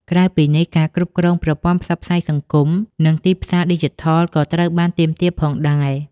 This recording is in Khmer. ក្រៅពីនេះ ការគ្រប់គ្រងប្រព័ន្ធផ្សព្វផ្សាយសង្គម និងទីផ្សារឌីជីថល ក៏ត្រូវបានទាមទារផងដែរ។